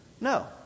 No